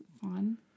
fun